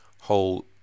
hold